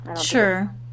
Sure